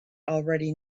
already